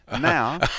Now